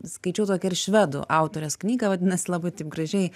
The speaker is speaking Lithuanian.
skaičiau tokią ir švedų autorės knygą vadinasi labai taip gražiai